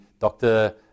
Dr